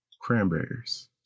Cranberries